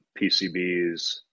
PCBs